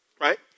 right